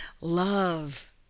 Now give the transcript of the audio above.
love